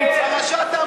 פרשת,